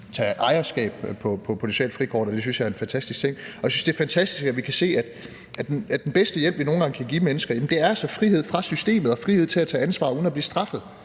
taget ejerskab over det sociale frikort, og det synes jeg er en fantastisk ting. Jeg synes, det er fantastisk, at vi kan se, at den bedste hjælp, vi nogle gange kan give mennesker, altså er frihed fra systemet og frihed til at tage ansvar uden at blive straffet.